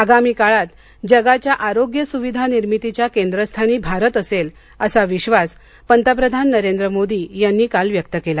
आगामी काळात जगाच्या आरोग्यसुविधा निर्मितीच्या केंद्रस्थानी भारत असेल असा विधास पंतप्रधान नरेंद्र मोदी यांनी काल व्यक्त केला